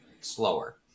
slower